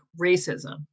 racism